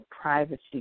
privacy